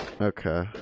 Okay